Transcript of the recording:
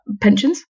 pensions